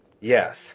yes